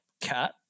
cat